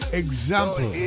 example